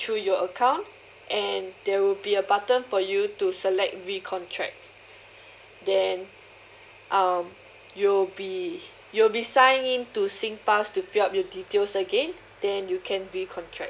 to your account and there will be a button for you to select recontract then um you'll be you'll be signed in to Singpass to fill up your details again then you can recontract